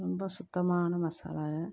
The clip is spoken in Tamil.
ரொம்ப சுத்தமான மசாலாக